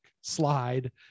slide